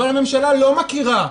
אבל הממשלה אינה מכירה,